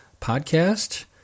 podcast